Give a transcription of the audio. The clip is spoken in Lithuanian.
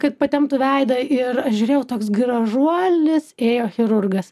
kad patemptų veidą ir aš žiūrėjau toks gražuolis ėjo chirurgas